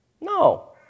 no